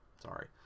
Sorry